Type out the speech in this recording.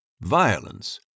Violence